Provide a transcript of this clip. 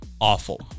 awful